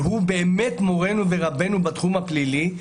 שהוא באמת מורנו ורבנו בתחום הפלילי,